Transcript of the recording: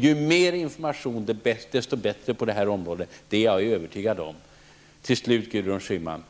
Ju mer information som lämnas, desto bättre är det -- det är jag övertygad om. Till slut, Gudrun Schyman: